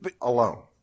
alone